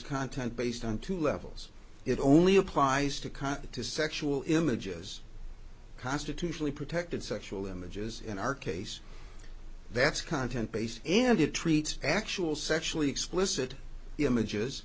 content based on two levels it only applies to cut the two sexual images constitutionally protected sexual images in our case that's content based and it treats actual sexually explicit images